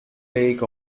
lake